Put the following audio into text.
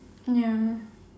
ya